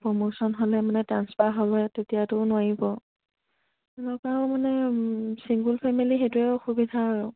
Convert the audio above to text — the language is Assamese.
প্ৰমোশন হ'লে মানে ট্ৰাঞ্চফাৰ হ'লে তেতিয়াতো নোৱাৰিব এনেকুৱাও মানে ছিংগুল ফেমিলী সেইটোৱে অসুবিধা আৰু